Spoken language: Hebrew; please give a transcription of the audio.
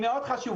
היא מאוד חשובה,